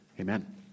Amen